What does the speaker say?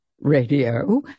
radio